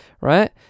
right